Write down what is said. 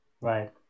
right